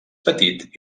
petit